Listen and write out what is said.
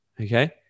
okay